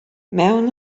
mewn